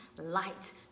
light